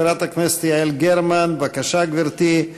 חברת הכנסת יעל גרמן, בבקשה, גברתי.